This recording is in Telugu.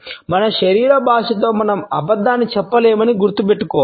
మన శరీర భాషతో మనం అబద్ధం చెప్పలేమని గుర్తుంచుకోవాలి